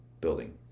building